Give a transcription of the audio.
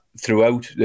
throughout